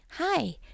Hi